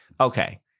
Okay